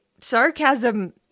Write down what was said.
sarcasm